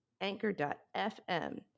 anchor.fm